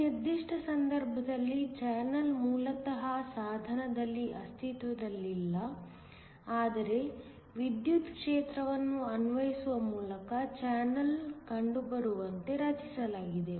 ಈ ನಿರ್ದಿಷ್ಟ ಸಂದರ್ಭದಲ್ಲಿ ಚಾನಲ್ ಮೂಲತಃ ಸಾಧನದಲ್ಲಿ ಅಸ್ತಿತ್ವದಲ್ಲಿಲ್ಲ ಆದರೆ ವಿದ್ಯುತ್ ಕ್ಷೇತ್ರವನ್ನು ಅನ್ವಯಿಸುವ ಮೂಲಕ ಚಾನೆಲ್ ಕಂಡು ಬರುವಂತೆ ರಚಿಸಲಾಗಿದೆ